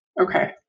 Okay